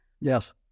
Yes